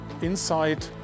inside